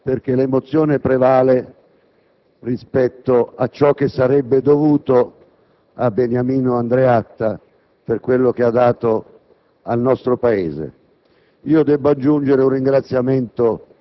Non mi dilungo oltre, perché l'emozione prevale rispetto a ciò che sarebbe dovuto a Beniamino Andreatta per quello che ha dato al nostro Paese.